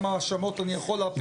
האשמות אני יכול להפיל?